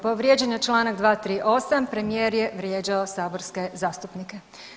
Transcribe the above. Povrijeđen je čl. 238. premijer je vrijeđao saborske zastupnike.